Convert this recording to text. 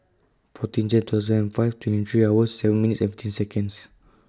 fourteen Jane two thousand five twenty three hours seven minute fifteen Seconds